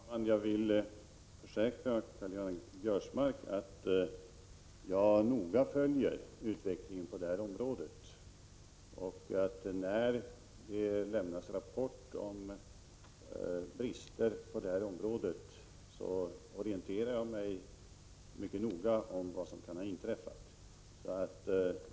Herr talman! Jag försäkrar Karl-Göran Biörsmark att jag noga följer utvecklingen på detta område. När det lämnas rapporter om brister, så orienterar jag mig mycket noga om vad som kan ha inträffat.